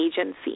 agency